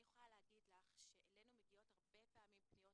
אני יכולה להגיד לך שאלינו מגיעות הרבה פעמים פניות.